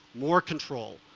more control,